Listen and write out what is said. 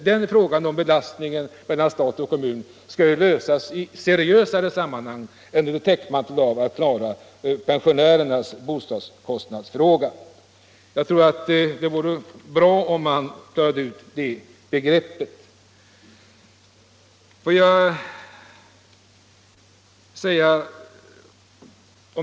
Frågan om fördelningen av kostnadsbelastningen mellan stat och kommun skall lösas i seriösare sammanhang än under täckmantel av att klara pensionärernas bostadskostnadsfråga. Det vore bra om man klarade ut det begreppet.